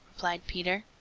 replied peter.